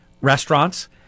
restaurants